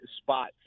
spot